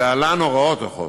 להלן הוראות החוק: